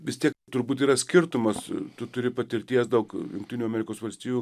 vis tiek turbūt yra skirtumas tu turi patirties daug jungtinių amerikos valstijų